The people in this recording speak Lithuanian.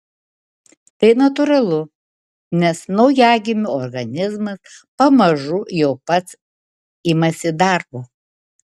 tai natūralu nes naujagimio organizmas pamažu jau pats imasi darbo